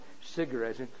cigarettes